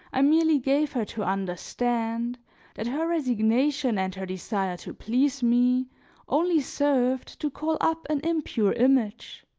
i merely gave her to understand that her resignation and her desire to please me only served to call up an impure image.